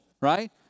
right